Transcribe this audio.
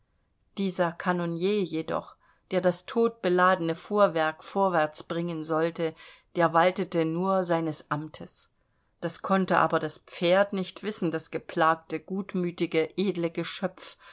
dieser kanonier jedoch der das todbeladene fuhrwerk vorwärts bringen sollte der waltete nur seines amtes das konnte aber das pferd nicht wissen das geplagte gutmütige edle geschöpf